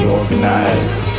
organized